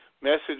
message